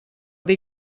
dir